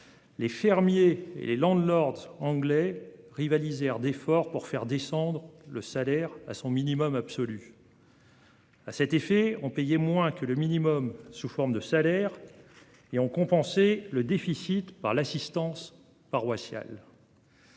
les fermiers et les anglais rivalisèrent d'efforts pour faire descendre le salaire à son minimum absolu. À cet effet, on payait moins que le minimum sous forme de salaire et on compensait le déficit par l'assistance paroissiale.